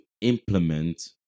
implement